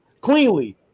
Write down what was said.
cleanly